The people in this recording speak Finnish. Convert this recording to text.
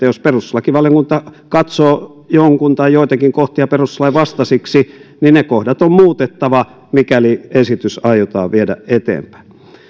jos perustuslakivaliokunta katsoo jonkun tai joitakin kohtia perustuslain vastaisiksi ne kohdat on muutettava mikäli esitys aiotaan viedä eteenpäin